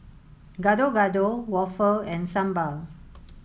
Gado Gado Waffle and Sambal